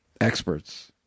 Experts